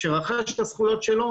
שרכש את זכויותיו,